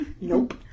Nope